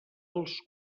els